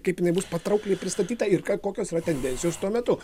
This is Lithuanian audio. kaip jinai bus patraukliai pristatyta ir kokios yra tendencijos tuo metu